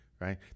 Right